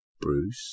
Bruce